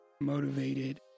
motivated